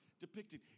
depicted